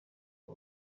w’u